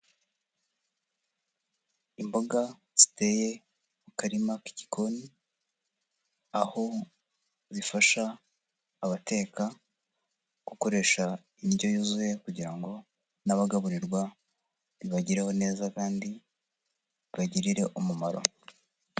Imboga ziteye mu karima k'igikoni, aho zifasha abateka gukoresha indyo yuzuye kugira ngo n'abagaburirwa bibagereho neza kandi bibagirire umumaro.